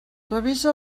revisa